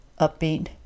upbeat